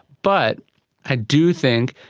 but i do think,